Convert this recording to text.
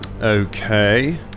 Okay